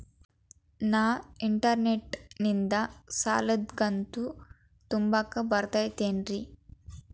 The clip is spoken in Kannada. ನಾ ಇಂಟರ್ನೆಟ್ ನಿಂದ ಸಾಲದ ಕಂತು ತುಂಬಾಕ್ ಬರತೈತೇನ್ರೇ?